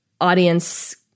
audience